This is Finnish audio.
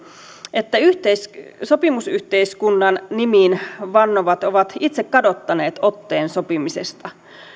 että sopimusyhteiskunnan nimiin vannovat ovat itse kadottaneet otteen sopimisesta